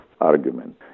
argument